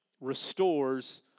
restores